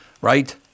right